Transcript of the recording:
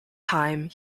time